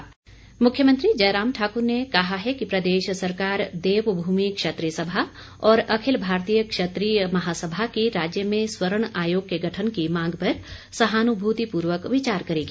आश्वासन मुख्यमंत्री जयराम ठाक्र ने कहा है कि प्रदेश सरकार देवभूमि क्षत्रिय सभा और अखिल भारतीय क्षेत्रीय महासभा की राज्य में स्वर्ण आयोग के गठन की मांग पर सहानुभूतिपर्वक विचार करेगी